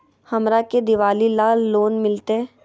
हमरा के दिवाली ला लोन मिलते?